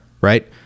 right